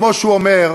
כמו שהוא אומר,